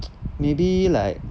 maybe like